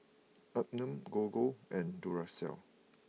Anmum Gogo and Duracell